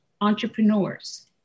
entrepreneurs